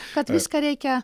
kad viską reikia